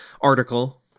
article